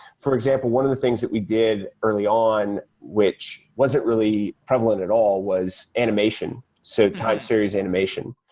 for example, one of the things that we did early on which wasn't really prevalent at all was animation, so time series animation.